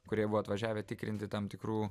kurie buvo atvažiavę tikrinti tam tikrų